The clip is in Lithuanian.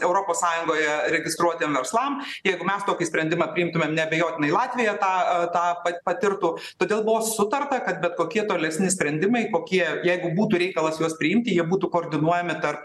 europos sąjungoje registruotiem verslam jeigu mes tokį sprendimą priimtumėm neabejotinai latvija tą tą pa patirtų todėl buvo sutarta kad bet kokie tolesni sprendimai kokie jeigu būtų reikalas juos priimti jie būtų koordinuojami tarp